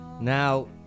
Now